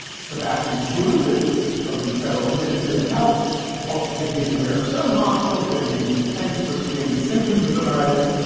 sebastian gould of the federal ministry of health also said he is aware of some hospitals that are using tents for screening symptoms of the virus.